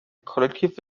kollektiv